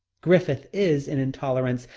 griffith is, in intolerance,